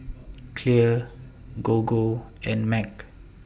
Clear Gogo and Mac